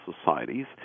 Societies